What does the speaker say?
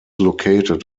located